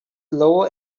lower